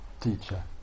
teacher